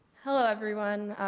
hello everyone.